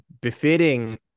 befitting